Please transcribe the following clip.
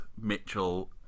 Mitchell